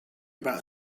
about